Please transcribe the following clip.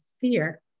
fear